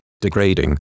degrading